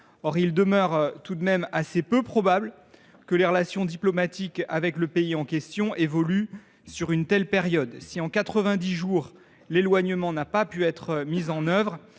il demeure assez peu probable que les relations diplomatiques avec le pays en question évoluent sur une telle période. Si, en 90 jours, l’éloignement n’a pas pu être mis en œuvre,